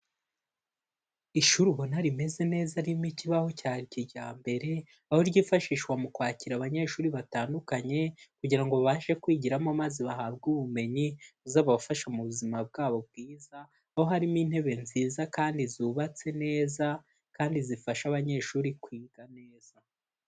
Ishuri ubona rimeze neza ririmo ikibaho cya kijyambere, aho ryifashishwa mu kwakira abanyeshuri batandukanye kugira ngo babashe kwigiramo maze bahabwe ubumenyi, buzabafasha mu buzima bwabo bwiza, aho harimo intebe nziza kandi zubatse neza kandi zifasha abanyeshuri kwiga neza.